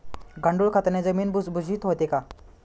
गांडूळ खताने जमीन भुसभुशीत होते का?